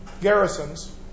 garrisons